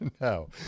No